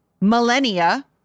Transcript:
Millennia